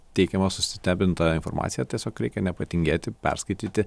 teikiama susisteminta informacija ir tiesiog reikia nepatingėti perskaityti